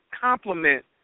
complement